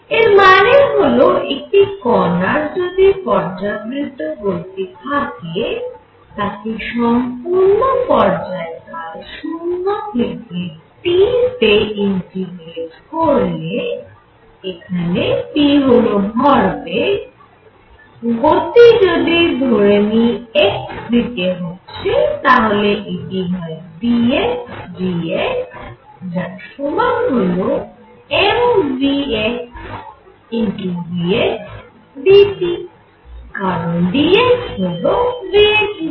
এর মানে হল একটি কণার যদি পর্যাবৃত্ত গতি থাকে তাকে সম্পূর্ণ পর্যায়কাল 0 থেকে T তে ইন্টিগ্রেট করলে এখানে p হল ভরবেগ গতি যদি ধরে নিই x দিকে হচ্ছে তাহলে এটি হয় px dx যার সমান হল mvxvx dt কারণ dx হল v x dt